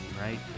right